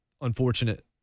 unfortunate